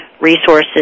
resources